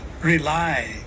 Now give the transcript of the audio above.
rely